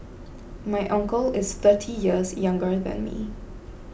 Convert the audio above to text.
my uncle is thirty years younger than me